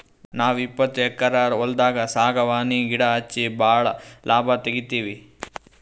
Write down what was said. ನಾವ್ ಇಪ್ಪತ್ತು ಎಕ್ಕರ್ ಹೊಲ್ದಾಗ್ ಸಾಗವಾನಿ ಗಿಡಾ ಹಚ್ಚಿ ಭಾಳ್ ಲಾಭ ತೆಗಿತೀವಿ